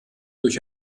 durch